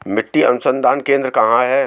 मिट्टी अनुसंधान केंद्र कहाँ है?